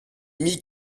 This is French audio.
mit